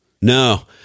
No